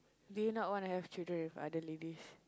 do you not want to have children with other ladies